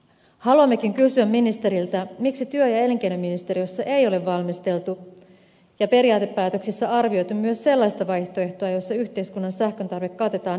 haluammekin kysyä ministeriltä miksi työ ja elinkeinoministeriössä ei ole valmisteltu ja periaatepäätöksissä arvioitu myös sellaista vaihtoehtoa jossa yhteiskunnan sähköntarve katetaan ilman lisäydinvoimaa